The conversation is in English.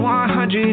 100